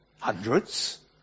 hundreds